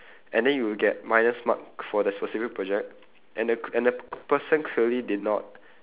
and then you get minus mark for the specific project and the p~ and the p~ person clearly did not